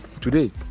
today